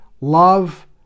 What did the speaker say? Love